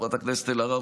חברת הכנסת אלהרר,